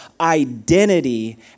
identity